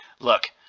look